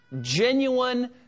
Genuine